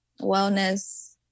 wellness